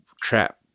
trap